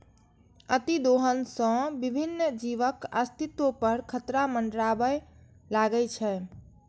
अतिदोहन सं विभिन्न जीवक अस्तित्व पर खतरा मंडराबय लागै छै